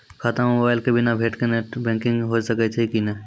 खाता म मोबाइल के बिना भी नेट बैंकिग होय सकैय छै कि नै?